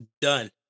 Done